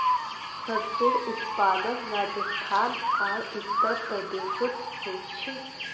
सर्सोंर उत्पादन राजस्थान आर उत्तर प्रदेशोत होचे